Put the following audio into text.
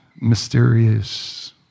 mysterious